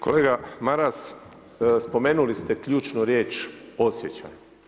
Kolega Maras, spomenuli ste ključnu riječ osjećaj.